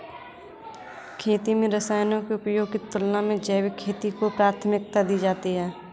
खेती में रसायनों के उपयोग की तुलना में जैविक खेती को प्राथमिकता दी जाती है